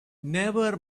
never